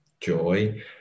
joy